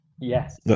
Yes